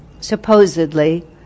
Supposedly